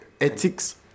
ethics